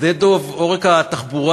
שלום,